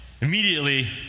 immediately